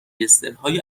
گنسگترهای